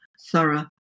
thorough